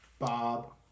Bob